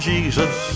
Jesus